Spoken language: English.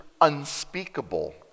unspeakable